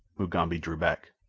mugambi drew back.